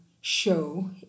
show